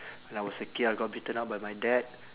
when I was a kid I got beaten up by my dad